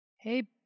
Hey